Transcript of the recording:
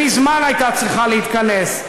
שמזמן הייתה צריכה להתכנס,